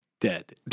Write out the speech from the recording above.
dead